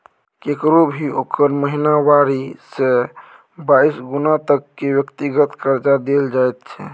ककरो भी ओकर महिनावारी से बाइस गुना तक के व्यक्तिगत कर्जा देल जाइत छै